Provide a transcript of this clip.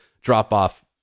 drop-off